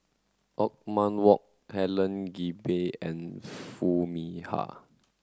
Othman Wok Helen Gilbey and Foo Mee Har